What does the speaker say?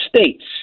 states